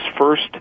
first